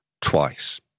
twice